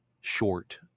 short